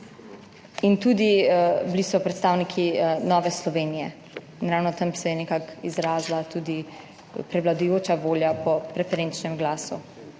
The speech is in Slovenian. In tudi bili so predstavniki Nove Slovenije in ravno tam se je nekako izrazila tudi prevladujoča volja po preferenčnem glasu.